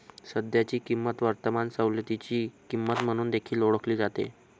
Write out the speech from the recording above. सध्याची किंमत वर्तमान सवलतीची किंमत म्हणून देखील ओळखली जाते